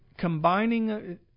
Combining